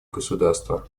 государства